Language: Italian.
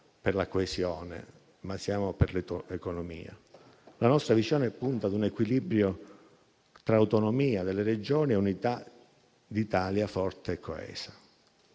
per la coesione, siamo per l'etoeconomia. La nostra visione punta a un equilibrio tra l'autonomia delle Regioni e un'unità d'Italia forte e coesa.